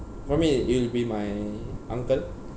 for me it'll be my uncle